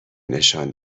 نشان